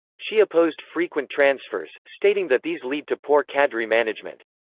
she opposed frequent transfers, stating that these lead to poor cadre management.